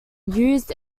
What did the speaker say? used